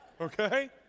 okay